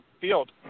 field